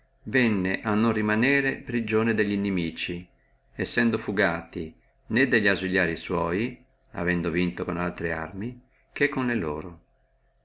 venne a non rimanere prigione delli inimici sendo fugati né delli ausiliarii sua avendo vinto con altre arme che con le loro